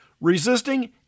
Resisting